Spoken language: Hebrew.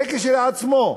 זה כשלעצמו,